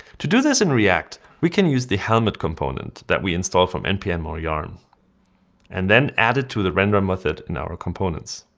to do this in react, we can use the helmet component that we install from npm inaudible, yeah um and then add it to the render method in our components.